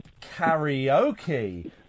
Karaoke